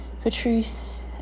patrice